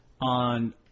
on